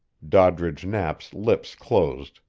doddridge knapp's lips closed,